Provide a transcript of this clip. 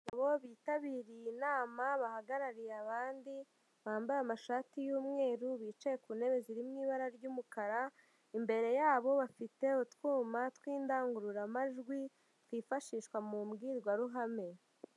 Abagabo bitabiriye inama bahagarariye abandi bambaye amashati y'umweru bicaye ku ntebe ziri mu ibara ry'umukara, imbere yabo bafite utwuma tw'indangururamajwi twifashishwa mu mbwirwaruhame.